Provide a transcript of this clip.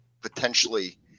potentially